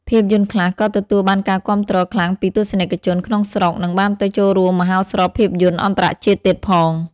ភាពយន្តខ្លះក៏ទទួលបានការគាំទ្រខ្លាំងពីទស្សនិកជនក្នុងស្រុក និងបានទៅចូលរួមមហោស្រពភាពយន្តអន្តរជាតិទៀតផង។